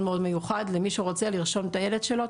מיוחד למי שרוצה לרשום את הילד שלו,